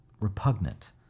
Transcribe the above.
repugnant